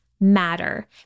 matter